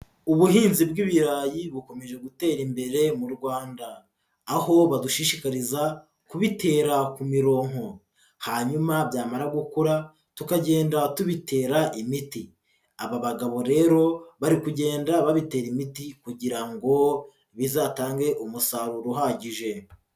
Ubuhinzi bw'ibirayi bukomeje gutera imbere mu Rwanda. Aho badushishikariza kubitera ku mirongo hanyuma byamara gukura tukagenda tubitera imiti. Aba bagabo rero bari kugenda babitera imiti kugira ngo bizatange umusaruro uhagije.